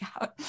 out